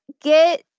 get